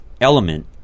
element